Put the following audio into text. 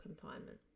confinement